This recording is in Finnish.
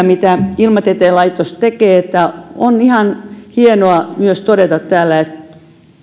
mitä ilmatieteen laitos tekee että on ihan hienoa myös todeta täällä että